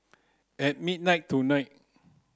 at midnight tonight